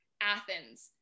athens